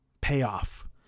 payoff